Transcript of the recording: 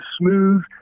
smooth